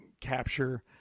capture